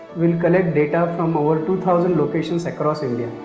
we'll collect data from over two thousand locations across india.